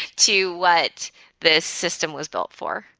to what this system was built for.